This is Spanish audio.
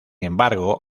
embargo